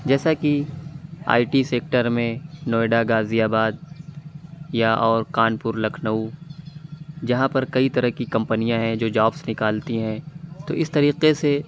جیسا کہ I T sector میں نوئیڈا غازی آباد یا اور کانپور لکھنؤ جہاں پر کئی طرح کی کمپنیاں ہیں جو جابس نکالتی ہیں تو اِس طریقے سے